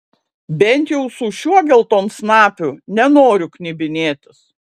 bent jau su šiuo geltonsnapiu nenoriu knibinėtis